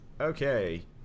Okay